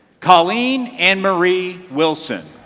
colleen anne-marie wilson.